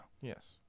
Yes